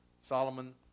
Solomon